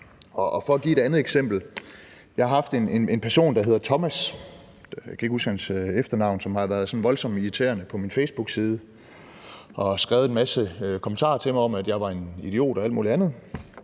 For at give et andet eksempel: Jeg har haft en person, der hedder Thomas – jeg kan ikke huske hans efternavn – som har været voldsomt irriterende på min facebookside og har skrevet en masse kommentarer til mig om, at jeg var en idiot og alt mulig andet,